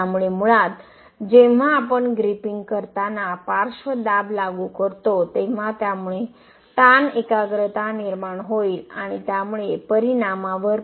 त्यामुळे मुळात जेव्हा आपण ग्रिपिंग करताना पार्श्व दाब लागू करतो तेव्हा त्यामुळे ताण एकाग्रता निर्माण होईल आणि त्यामुळे परिणामावर result